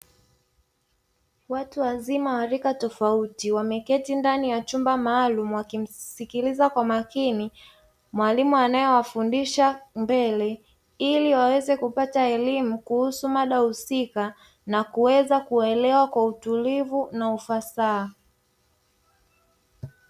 Watu wazima wa rika tofauti wameketi ndani ya chumba maalumu wakimsikiliza kwa makini mwalimu anayewafundisha mbele, ili waweze kupata elimu kuhusu mada husika na kuweza kuelewa kwa utulivu na ufasaha.